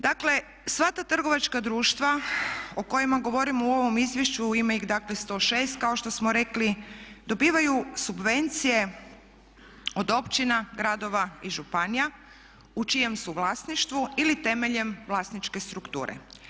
Dakle, sva ta trgovačka društva o kojima govorimo u ovom izvješću, ima ih dakle 106, kao što smo rekli, dobivaju subvencije od općina, gradova i županija u čijem su vlasništvu ili temeljem vlasničke strukture.